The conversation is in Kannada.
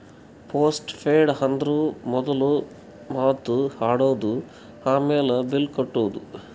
ಪೋಸ್ಟ್ ಪೇಯ್ಡ್ ಅಂದುರ್ ಮೊದುಲ್ ಮಾತ್ ಆಡದು, ಆಮ್ಯಾಲ್ ಬಿಲ್ ಕಟ್ಟದು